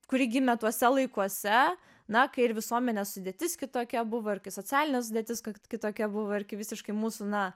kuri gimė tuose laikuose na kai ir visuomenės sudėtis kitokia buvo ir socialinė sudėtis kitokia buvo ir kai visiškai mūsų na